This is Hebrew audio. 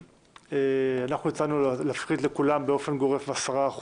הצענו להפחית לכולם באופן גורף 10%,